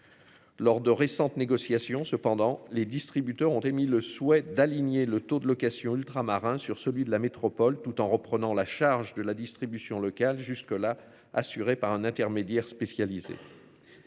Lors de récentes négociations cependant les distributeurs ont émis le souhait d'aligner le taux de location ultramarins sur celui de la métropole. Tout en reprenant la charge de la distribution locale jusque-là assurée par un intermédiaire spécialisé.